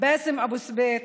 באסם אבו סבית,